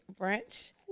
brunch